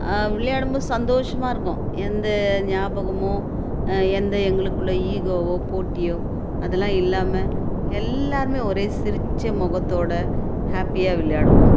விளையாடும்போது சந்தோஷமாக இருக்கும் எந்த ஞாபகமும் எந்த எங்களுக்குள்ளே ஈகோவோ போட்டியோ அதெல்லாம் இல்லாமல் எல்லோருமே ஒரே சிரித்த முகத்தோடு ஹேப்பியாக விளையாடுவோம்